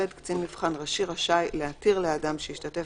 קצין מבחן ראשי רשאי להתיר לאדם שהשתתף